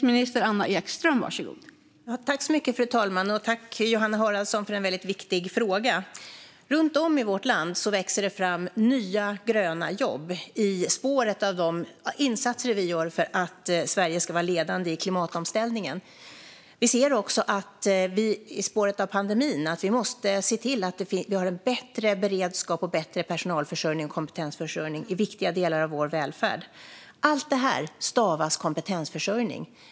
Fru talman! Jag tackar Johanna Haraldsson för en väldigt viktig fråga. Runt om i vårt land växer det fram nya, gröna jobb i spåren av de insatser vi gör för att Sverige ska vara ledande i klimatomställningen. Vi ser också i spåret av pandemin att vi måste se till att det finns en bättre beredskap och en bättre personalförsörjning och kompetensförsörjning i viktiga delar av vår välfärd. Allt detta stavas kompetensförsörjning.